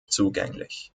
zugänglich